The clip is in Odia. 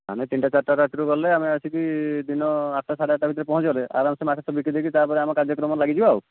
ଆମେ ତିନଟା ଚାରିଟା ରାତିରୁ ଗଲେ ଆମେ ଆସିକି ଦିନ ଆଠଟା ସାଢ଼େ ଆଠଟା ଭିତରେ ପହଞ୍ଚିଗଲେ ଆରାମସେ ମାଛ ସବୁ ବିକି ଦେଇକି ତା'ପରେ ଆମେ କାର୍ଯ୍ୟକ୍ରମରେ ଲାଗିଯିବା ଆଉ